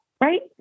right